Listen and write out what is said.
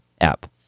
app